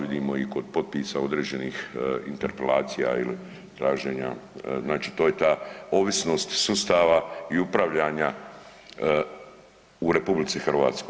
Vidimo i kod potpisa određenih interpelacija i traženja, znači to je ta ovisnost sustava i upravljanja u RH.